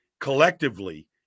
collectively